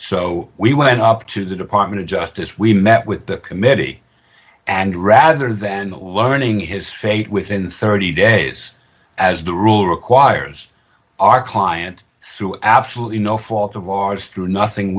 so we went up to the department of justice we met with the committee and rather than learning his fate within thirty days as the rule requires our client through absolutely no fault divorce through nothing